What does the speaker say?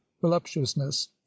voluptuousness